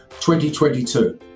2022